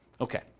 Okay